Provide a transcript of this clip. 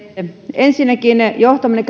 ensinnäkin johtamani